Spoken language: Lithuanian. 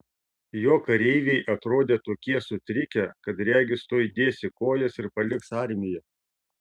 jo kareiviai atrodė tokie sutrikę kad regis tuoj dės į kojas ir paliks armiją